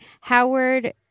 Howard